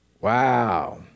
Wow